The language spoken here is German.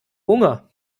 hunger